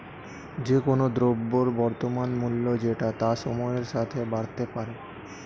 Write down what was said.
যে কোন দ্রব্যের বর্তমান মূল্য যেটা তা সময়ের সাথে বাড়তে পারে